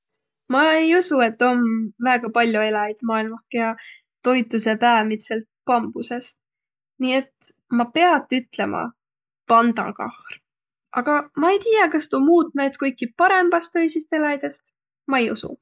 Ma ei usuq, et om väega pall'o eläjit maailmah, kiä toitusõq päämidselt bambusõst. Nii et ma piät ütlemä – pandakahr. Aga ma ei tiiäq, kas tuu muut näid kuiki parõmbas tõisist eläjidest? Ma ei usuq.